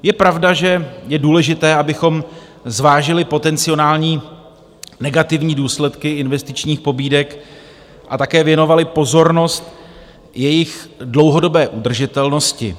Je pravda, že je důležité, abychom zvážili potenciální negativní důsledky investičních pobídek a také věnovali pozornost jejich dlouhodobé udržitelnosti.